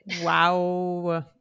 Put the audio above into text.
Wow